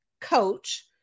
coach